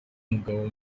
mugabo